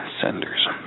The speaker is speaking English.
senders